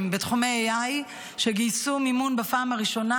בתחומי AI שגייסו מימון בפעם הראשונה,